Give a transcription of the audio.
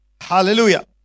Hallelujah